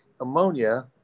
ammonia